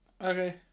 Okay